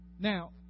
Now